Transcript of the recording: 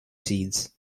seeds